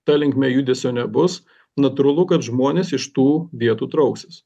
ta linkme judesio nebus natūralu kad žmonės iš tų vietų trauksis